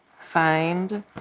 Find